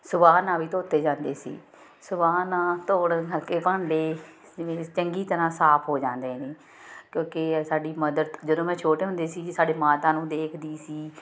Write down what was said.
ਸਵਾਹ ਨਾਲ ਵੀ ਧੋਤੇ ਜਾਂਦੇ ਸੀ ਸਵਾਹ ਨਾਲ ਧੋਣ ਕਰਕੇ ਭਾਂਡੇ ਜਿਵੇਂ ਚੰਗੀ ਤਰ੍ਹਾਂ ਸਾਫ਼ ਹੋ ਜਾਂਦੇ ਨੇ ਕਿਉਂਕਿ ਸਾਡੀ ਮਦਰ ਜਦੋਂ ਮੈਂ ਛੋਟੇ ਹੁੰਦੇ ਸੀ ਸਾਡੇ ਮਾਤਾ ਨੂੰ ਦੇਖਦੀ ਸੀ